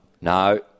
No